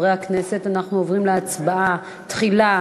חברי הכנסת, אנחנו עוברים להצבעה, תחילה